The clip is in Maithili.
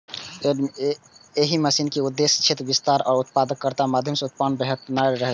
एहि मिशन के उद्देश्य क्षेत्र विस्तार आ उत्पादकताक माध्यम सं उत्पादन बढ़ेनाय रहै